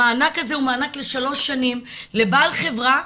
המענק הזה הוא מענק ל-3 שנים לבעל חברה,